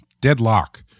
Deadlock